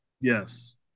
Yes